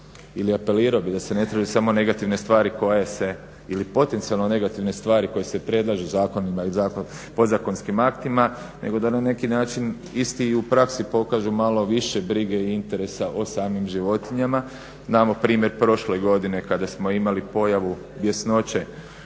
ili apelirao bih da se ne traže samo negativne stvari koje se ili potencijalno negativne stvari koje se predlažu zakonima i podzakonskim aktima nego da na neki način isti i u praksi pokažu malo više brige i interesa o samim životinjama. Znamo primjer prošle godine kada smo imali pojavu bjesnoće